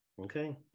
Okay